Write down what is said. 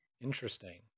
interesting